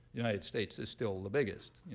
united states is still the biggest,